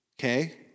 Okay